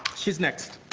she's next.